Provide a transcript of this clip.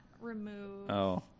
remove